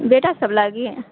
बेटासभ लागी